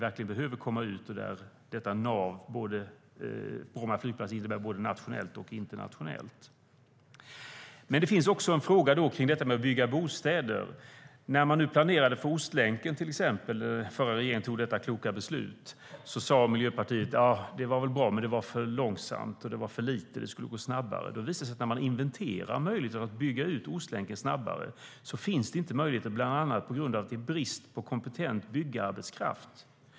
Vi behöver komma ut, via detta nav som Bromma är, både nationellt och internationellt. Men det finns också en fråga kring det här med att bygga bostäder. När den förra regeringen tog det kloka beslutet att planera för Ostlänken sa Miljöpartiet att det var väl bra, men det var för långsamt och det var för lite. Det skulle gå snabbare. När man då inventerade möjligheten att bygga ut Ostlänken snabbare visade det sig att den möjligheten inte finns, bland annat på grund av brist på kompetent byggarbetskraft.